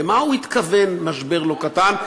למה הוא התכוון ב"משבר לא קטן",